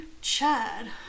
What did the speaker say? Chad